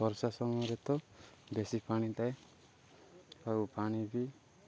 ବର୍ଷା ସମୟରେ ତ ବେଶୀ ପାଣି ଥାଏ ଆଉ ପାଣି ବି